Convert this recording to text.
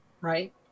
Right